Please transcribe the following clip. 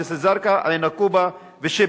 קלנסואה, ראמה, ג'סר-א-זרקא, עין-נקובא ושיבלי.